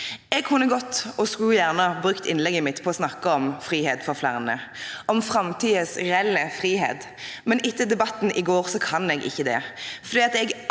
Jeg kunne godt, og skulle gjerne, ha brukt innlegget mitt på å snakke om frihet for flere, om framtidens reelle frihet, men etter debatten i går kan jeg ikke det,